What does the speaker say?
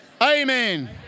amen